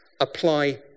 apply